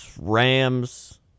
Rams